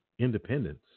independence